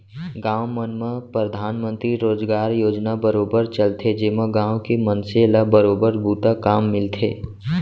गाँव मन म परधानमंतरी रोजगार योजना बरोबर चलथे जेमा गाँव के मनसे ल बरोबर बूता काम मिलथे